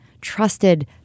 trusted